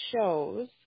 shows